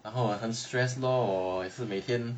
然后啊很 stress lor 我也是是每天